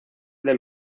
del